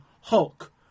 Hulk